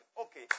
okay